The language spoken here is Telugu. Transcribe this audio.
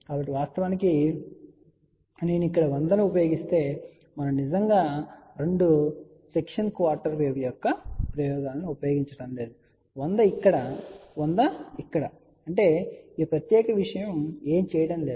కాబట్టి వాస్తవానికి నేను ఇక్కడ 100 ను ఉపయోగిస్తే మనం నిజంగా రెండు సెక్షన్ క్వార్టర్ వేవ్ యొక్క ప్రయోజనాలను ఉపయోగించడం లేదు 100 ఇక్కడ 100 ఇక్కడ అంటే ఈ ప్రత్యేకమైన విషయం ఏమీ చేయడం లేదు